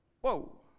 whoa